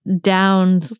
down